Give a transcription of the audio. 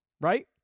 right